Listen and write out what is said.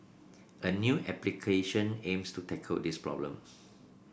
a new application aims to tackle this problem